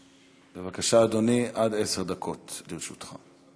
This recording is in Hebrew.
בבקשה, אדוני, עד עשר דקות לרשותך.